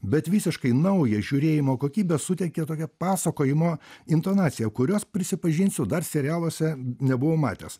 bet visiškai naują žiūrėjimo kokybę suteikia tokia pasakojimo intonacija kurios prisipažinsiu dar serialuose nebuvau matęs